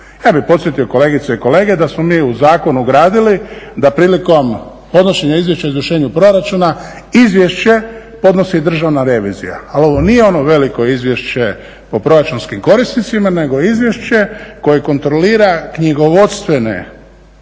Ja bih podsjetio kolegice i kolege da smo u zakon ugradili da prilikom podnošenja Izvješća o izvršenju proračuna izvješće podnosi Državna revizija. Ali ovo nije ono veliko Izvješće o proračunskim korisnicima nego izvješće koje kontrolira knjigovodstvene